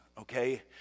okay